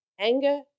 anger